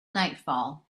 nightfall